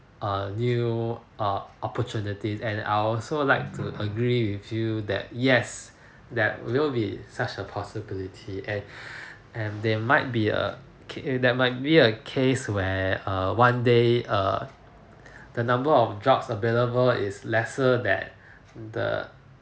err new err opportunity and I also like to agree with you that yes that will be such a possibility and and there might be a that might be a case where uh one day err the number of jobs available is lesser than the